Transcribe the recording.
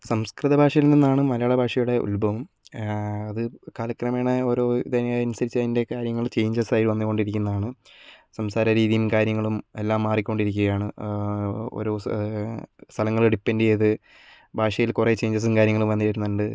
സംസ്കൃത ഭാഷയിൽ നിന്നാണ് മലയാള ഭാഷയുടെ ഉത്ഭവം അത് കാലക്രമേണ ഓരോ ഇതിനനുസരിച്ച് അതിൻ്റെ കാര്യങ്ങൾ ചേഞ്ചസായി വന്നുകൊണ്ടിരിക്കുന്നതാണ് സംസാര രീതിയും കാര്യങ്ങളും എല്ലാം മാറിക്കൊണ്ട് ഇരിക്കുകയാണ് ഓരോ സ്ഥലങ്ങളെ ഡിപ്പെൻ്റ് ചെയ്ത് ഭാഷയിൽ കുറെ ചെയ്ഞ്ചസും കാര്യങ്ങളും വന്നു വരുന്നുണ്ട്